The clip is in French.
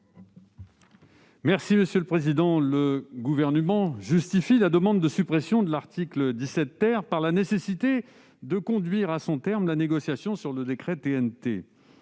de la commission ? Le Gouvernement justifie la demande de suppression de l'article 17 par la nécessité de conduire à son terme la négociation sur le décret TNT.